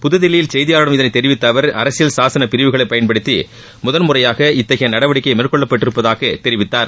புதுதில்லியில் செய்தியாளர்களிடம் இதனை தெரிவித்த அவர் அரசியல் சாசன பிரிவுகளை பயன்படுத்தி முதல்முறையாக இத்தகைய நடவடிக்கை மேற்கொள்ளப்பட்டிருப்பதாக தெரிவித்தார்